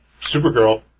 Supergirl